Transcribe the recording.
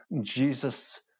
Jesus